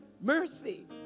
Mercy